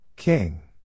King